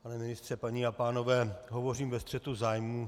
Pane ministře, dámy a pánové, hovořím ve střetu zájmů.